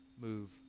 move